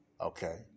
okay